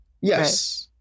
Yes